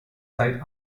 zeit